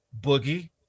Boogie